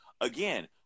again